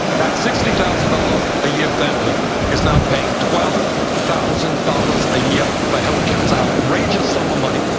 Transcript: that sixty thousand dollars a year family is now paying twelve thousand dollars a year by health care. it's outrageous sum of money,